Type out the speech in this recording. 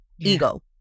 Ego